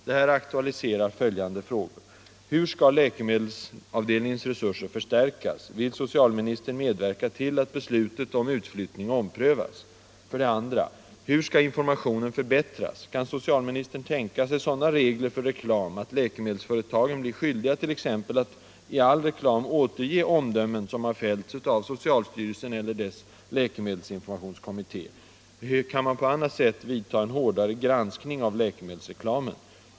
Detta aktualiserar följande frågor: 2. Hur skall informationen förbättras? Kan socialministern tänka sig sådana regler för reklam att läkemedelsföretagen t.ex. blir skyldiga att i all reklam återge omdömen som har fällts av socialstyrelsen eller dess läkemedelskommitté? Hur kan man på annat sätt vidta en hårdare granskning av läkemedelsreklamen?